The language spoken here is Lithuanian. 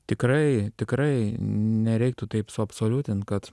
tikrai tikrai nereiktų taip suabsoliutint kad